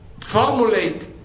formulate